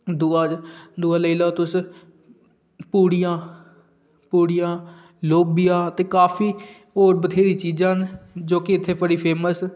दूआ दूआ लेई लैओ तुस पूड़ियां पूड़ियां लोभिया ते काफी होर बथ्हेरी चीजां न जो कि इत्थै बड़ी फेमस